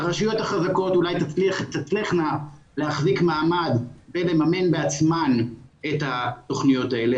הרשויות החזקות אולי תצלחנה להחזיק מעמד ולממן בעצמן את התוכניות האלו,